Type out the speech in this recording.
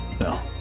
No